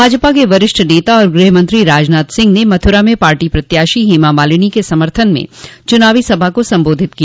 भाजपा के वरिष्ठ नेता और गृहमंत्री राजनाथ सिंह ने मथुरा में पार्टी प्रत्याशी हेमा मालिनी के समर्थन में चुनावी सभा को संबोधित किया